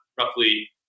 roughly